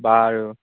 বাৰু